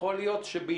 יכול להיות שצריך,